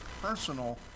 personal